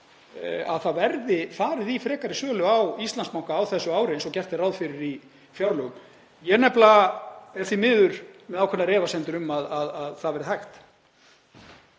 að það verði farið í frekari sölu á Íslandsbanka á þessu ári eins og gert er ráð fyrir í fjárlögum. Ég er nefnilega því miður með ákveðnar efasemdir um að það verði hægt.